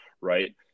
Right